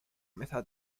metà